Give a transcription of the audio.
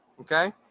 okay